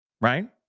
right